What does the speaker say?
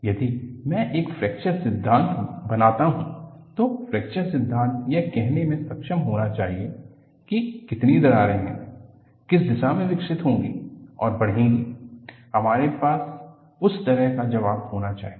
यदि मैं एक फ्रैक्चर सिद्धांत बनाता हूं तो फ्रैक्चर सिद्धांत यह कहने में सक्षम होना चाहिए कि कितनी दरारें हैं किस दिशा में विकसित होगीं और बढ़ेगीं हमारे पास उस तरह का जवाब होना चाहिए